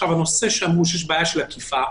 אמרו שיש בעיה של אכיפה.